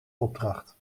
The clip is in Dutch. opdracht